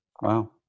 Wow